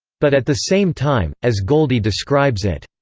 but at the same time, as goldie describes it,